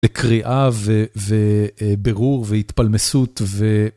לקריאה וברור והתפלמסות ו...